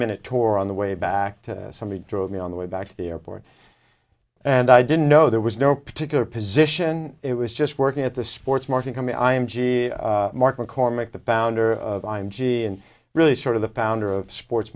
minute tour on the way back to somebody drove me on the way back to the airport and i didn't know there was no particular position it was just working at the sports market coming i'm jean marc mccormick the founder of i'm g and really sort of the founder of sports